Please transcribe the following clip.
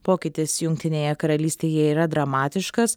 pokytis jungtinėje karalystėje yra dramatiškas